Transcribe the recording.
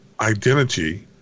identity